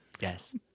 Yes